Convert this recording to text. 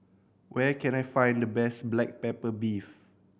where can I find the best black pepper beef